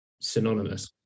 synonymous